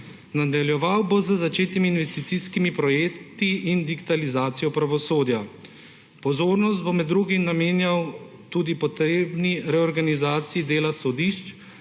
Nadaljeval bom z začetimi investicijskim projekti in digitalizacijo pravosodja. Pozornost bom med drugim namenjal tudi potrebni reorganizaciji dela sodišč,